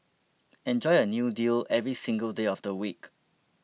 enjoy a new deal every single day of the week